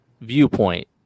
viewpoint